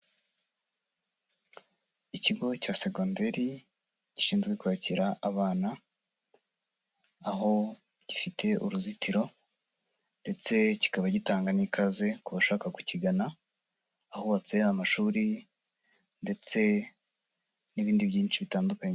Ikigo cya segonderi gishinzwe kwakira abana, aho gifite uruzitiro, ndetse kikaba gitanga n'ikaze ku bashaka kukigana, ahubatse amashuri ndetse n'ibindi byinshi bitandukanye.